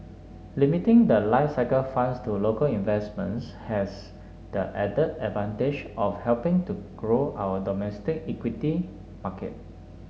limiting the life cycle funds to local investments has the added advantage of helping to grow our domestic equity market